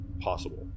possible